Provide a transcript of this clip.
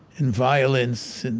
in violence